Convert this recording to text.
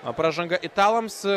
o pražanga italams